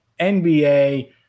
NBA